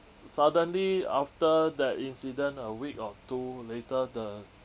suddenly after that incident a week or two later the